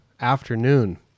afternoon